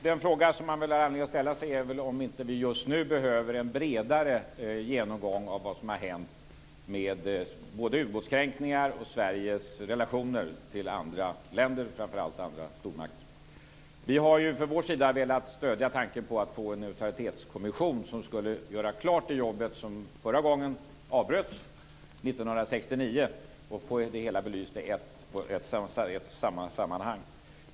Den fråga som vi väl har anledning att ställa oss är väl om vi inte just nu behöver en bredare genomgång av vad som har hänt både i form av ubåtskränkningar och vad avser Sveriges relationer till andra länder, framför allt till stormakter. Vi har från vår sida velat stödja tanken på att få en neutralitetskommission, som skulle göra klart det arbete som förra gången avbröts 1969 och få det hela belyst i ett sammanhang.